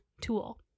tool